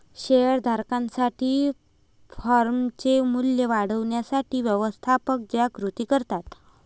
share धारकांसाठी फर्मचे मूल्य वाढवण्यासाठी व्यवस्थापक ज्या कृती करतात